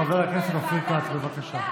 חבר הכנסת אופיר כץ, בבקשה.